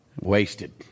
wasted